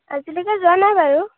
আজিলৈকে যোৱা নাই বাৰু